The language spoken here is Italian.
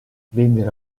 vendere